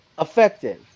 effective